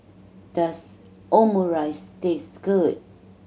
does Omurice taste good